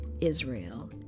Israel